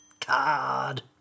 card